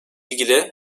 ilgili